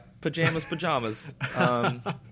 pajamas-pajamas